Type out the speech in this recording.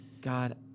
God